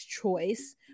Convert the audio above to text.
choice